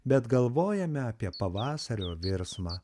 bet galvojame apie pavasario virsmą